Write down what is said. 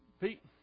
Pete